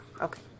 Okay